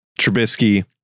Trubisky